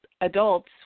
adults